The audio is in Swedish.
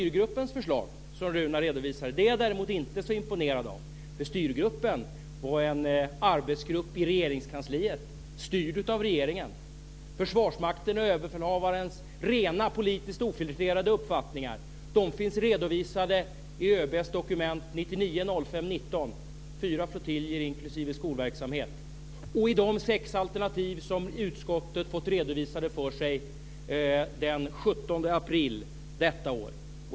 Runar redovisade är jag däremot inte så imponerad av. Styrgruppen var en arbetsgrupp i Regeringskansliet styrd av regeringen. Försvarsmaktens och Överbefälhavarens rena, politiskt ofiltrerade uppfattningar finns redovisade i ÖB:s dokument den 19 maj 1999 - fyra flottiljer inklusive skolverksamhet - och i de sex alternativ som utskottet fått redovisade för sig den 17 april detta år.